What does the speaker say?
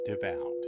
devout